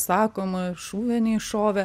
sakoma šūvio neiššovė